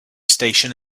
station